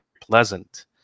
pleasant